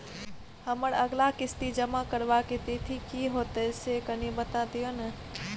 हमर अगला किस्ती जमा करबा के तिथि की होतै से कनी बता दिय न?